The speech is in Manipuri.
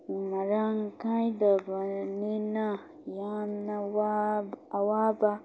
ꯃꯔꯥꯡ ꯀꯥꯏꯗꯕꯅꯤꯅ ꯌꯥꯝꯅ ꯑꯋꯥꯕ